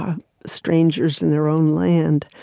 ah strangers in their own land,